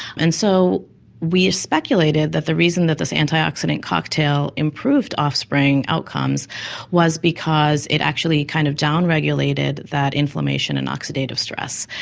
and so we speculated that the reason that this antioxidant cocktail improved offspring outcomes was because it actually kind of down-regulated that inflammation and oxidative stress,